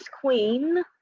Queen